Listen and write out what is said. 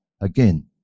again